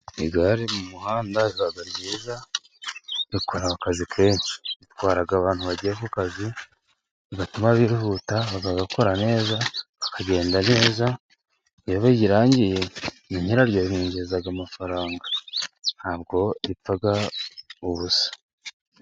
Igare mu muhanda riba ryiza rikora akazi kenshi. Ritwara abantu bagiye ku kazi, bigatuma bihuta bakagakora neza bakagenda neza. Iyo birangiye na nyiraryo rimwinjiriza amafaranga ntabwo ripfa ubusa.